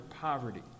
poverty